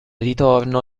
ritorno